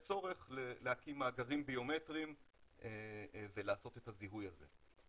צורך להקים מאגרים ביומטריים ולעשות את הזיהוי הזה,